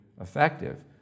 effective